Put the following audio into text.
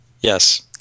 Yes